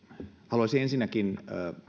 haluaisin ensinnäkin